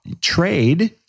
trade